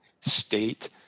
state